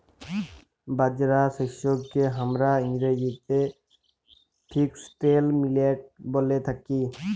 বাজরা শস্যকে হামরা ইংরেজিতে ফক্সটেল মিলেট ব্যলে থাকি